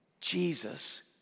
Jesus